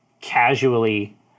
casually